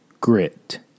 grit